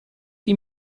die